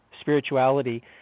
spirituality